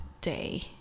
day